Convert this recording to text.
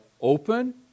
open